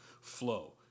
flow